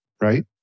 right